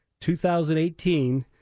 2018